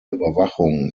überwachung